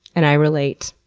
and i relate.